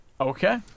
Okay